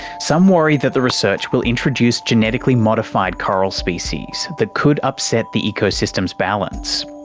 some worry that the research will introduce genetically modified coral species that could upset the ecosystem's balance,